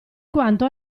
quanto